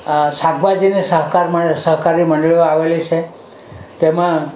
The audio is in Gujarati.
શાકભાજીને સહકાર સહકારી મંડળીઓ આવેલી છે તેમાં